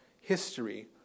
history